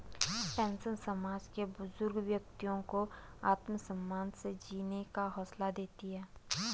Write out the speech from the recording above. pension समाज के बुजुर्ग व्यक्तियों को आत्मसम्मान से जीने का हौसला देती है